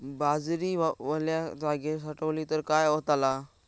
बाजरी वल्या जागेत साठवली तर काय होताला?